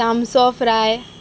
तामसो फ्राय